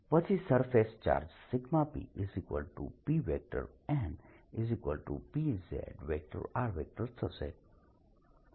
પછી surface charge bP nP z r થશે